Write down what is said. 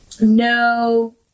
no